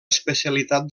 especialitat